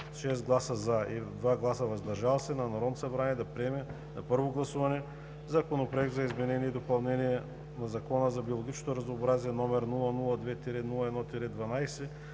6 гласа „за“ и 2 гласа „въздържал се“, на Народното събрание да приеме на първо гласуване Законопроект за изменение и допълнение на Закона за биологичното разнообразие, № 002-01-12,